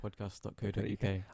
podcast.co.uk